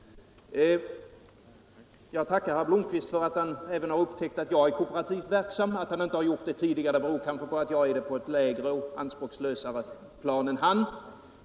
Jag tackar herr Blomkvist för att han har upptäckt att även jag är kooperativt verksam. Att han inte har gjort det tidigare beror kanske på att jag är det på ett lägre och anspråkslösare plan än han.